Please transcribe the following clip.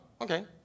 okay